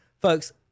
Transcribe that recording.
Folks